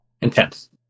intense